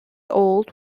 old